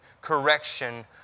correction